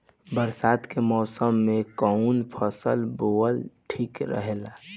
बरसात के मौसम में कउन फसल बोअल ठिक रहेला?